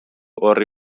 orri